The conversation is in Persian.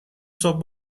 صبح